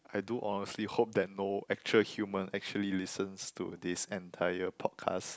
I do honestly hope that no actual human actually listens to this entire podcast